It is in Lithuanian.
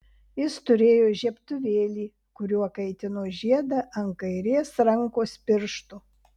jis turėjo žiebtuvėlį kuriuo kaitino žiedą ant kairės rankos piršto